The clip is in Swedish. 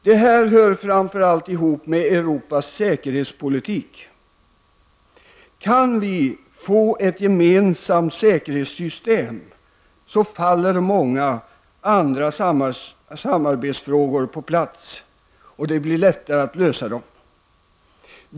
Detta hör framför allt ihop med Europas säkerhetspolitik. Kan vi få ett gemensamt säkerhetssystem, så faller många andra samarbetsfrågor på plats, och det blir lättare att lösa dem.